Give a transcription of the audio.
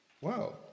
Wow